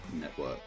Network